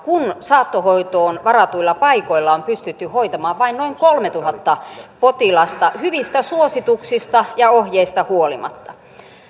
kun saattohoitoon varatuilla paikoilla on pystytty hoitamaan vain noin kolmetuhatta potilasta hyvistä suosituksista ja ohjeista huolimatta